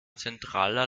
zentraler